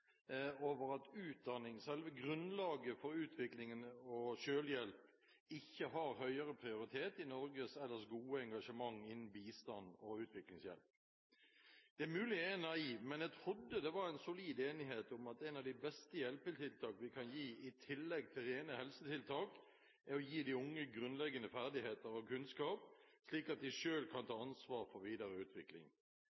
at utdanning, selve grunnlaget for utvikling og selvhjelp, ikke har høyere prioritet i Norges ellers gode engasjement innen bistand og utviklingshjelp. Det er mulig jeg er naiv, men jeg trodde det var en solid enighet om at et av de beste hjelpetiltak vi kan gi i tillegg til rene helsetiltak, er å gi de unge grunnleggende ferdigheter og kunnskap slik at de selv kan ta